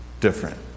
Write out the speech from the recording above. different